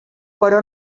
però